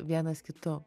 vienas kitu